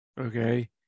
okay